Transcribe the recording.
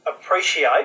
appreciate